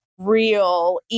Real